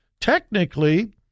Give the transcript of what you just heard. technically